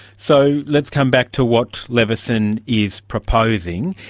so, let's come back to what leveson is proposing.